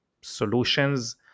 solutions